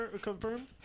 confirmed